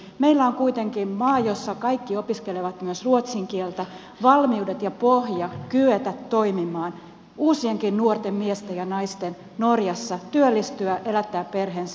meillä on kuitenkin maa jossa kaikki opiskelevat myös ruotsin kieltä valmiudet ja pohja kyetä toimimaan uusienkin nuorten miesten ja naisten norjassa työllistyä elättää perheensä